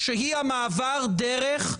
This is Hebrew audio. לא מפריע לך.